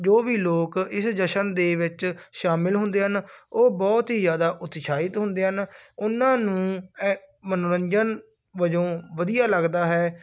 ਜੋ ਵੀ ਲੋਕ ਇਸ ਜਸ਼ਨ ਦੇ ਵਿੱਚ ਸ਼ਾਮਿਲ ਹੁੰਦੇ ਹਨ ਉਹ ਬਹੁਤ ਹੀ ਜ਼ਿਆਦਾ ਉਤਸ਼ਾਹਿਤ ਹੁੰਦੇ ਹਨ ਉਹਨਾਂ ਨੂੰ ਐ ਮਨੋਰੰਜਨ ਵਜੋਂ ਵਧੀਆ ਲੱਗਦਾ ਹੈ